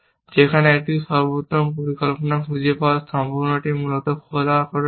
যেখানে একটি সর্বোত্তম পরিকল্পনা খুঁজে পাওয়ার সম্ভাবনাটি মূলত খোলা রাখা হয়